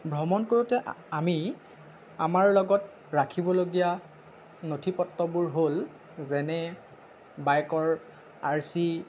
ভ্ৰমণ কৰোঁতে আমি আমাৰ লগত ৰাখিবলগীয়া নথি পত্ৰবোৰ হ'ল যেনে বাইকৰ আৰ চি